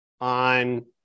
on